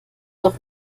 doch